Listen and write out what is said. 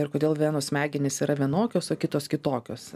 ir kodėl vienų smegenys yra vienokios o kitos kitokios